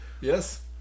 Yes